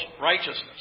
righteousness